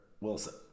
Wilson